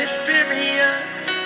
Experience